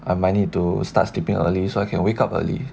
I might need to start sleeping early so I can wake up early